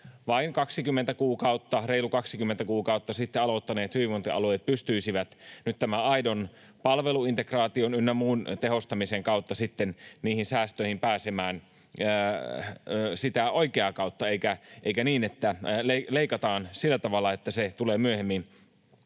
vasta — vain reilu 20 kuukautta sitten — aloittaneet hyvinvointialueet pystyisivät nyt tämän aidon palveluintegraation ynnä muun tehostamisen kautta sitten niihin säästöihin pääsemään sitä oikeaa kautta, eikä niin, että leikataan sillä tavalla, että se tulee myöhemmin